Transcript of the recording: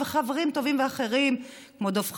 וחברים טובים ואחרים כמו דב חנין,